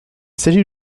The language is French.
s’agit